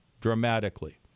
dramatically